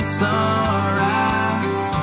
sunrise